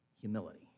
humility